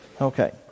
Okay